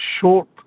short